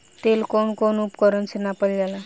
तेल कउन कउन उपकरण से नापल जाला?